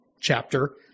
chapter